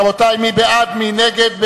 רבותי, מי בעד, מי נגד,